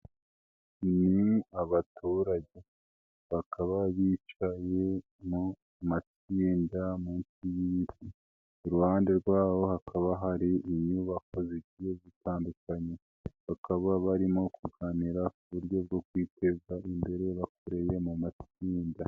Ni abaturage bakaba bicaye mu matsinda munsi y'ibiti, iruhande rwabo hakaba hari inyubako zigiye zitandukanye bakaba barimo kuganira ku buryo bwo kwiteza imbere bakoreye mu matsinda.